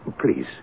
Please